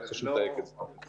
רק חשוב לי להגיד את זה.